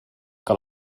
que